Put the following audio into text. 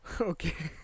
Okay